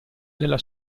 della